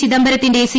ചിദംബരത്തിന്റെ സി